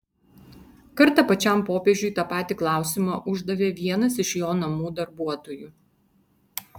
kartą pačiam popiežiui tą patį klausimą uždavė vienas iš jo namų darbuotojų